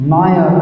Maya